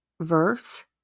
verse